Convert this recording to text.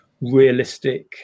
realistic